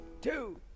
two